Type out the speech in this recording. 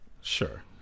Sure